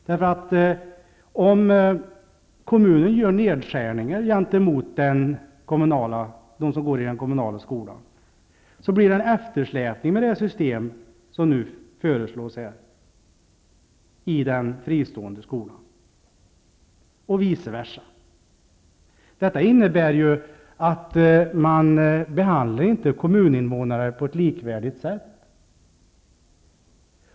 Om en kommun gör nedskärningar gentemot dem som går i den kommunala skolan, blir det en eftersläpning i den fristående skolan, och vice versa, med det system som föreslås här. Det innebär att man inte behandlar kommuninvånarna på ett likvärdigt sätt.